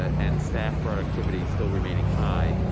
and staff productivity still remaining high,